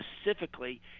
specifically